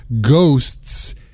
ghosts